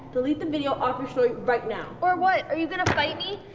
delete the video off your story right now. or what? are you gonna fight me?